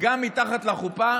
גם מתחת לחופה